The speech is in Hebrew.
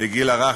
בגיל הרך,